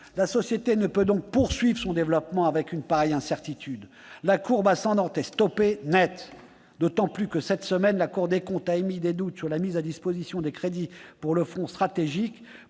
La société ne peut donc poursuivre son développement avec une pareille incertitude. La courbe ascendante est stoppée net, d'autant que, cette semaine, la Cour des comptes a émis des doutes sur la mise à disposition de crédits pour le Fonds stratégique